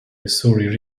missouri